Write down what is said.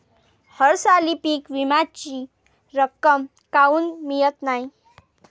हरसाली पीक विम्याची रक्कम काऊन मियत नाई?